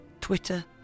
Twitter